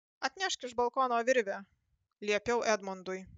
atnešk iš balkono virvę liepiau edmundui